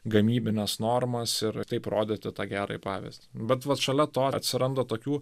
gamybines normas ir taip rodote tą tą gerąjį pavyzdį bet vat šalia to atsiranda tokių